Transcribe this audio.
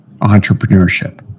Entrepreneurship